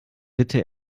bitte